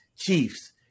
Chiefs